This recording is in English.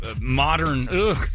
modern